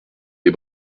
les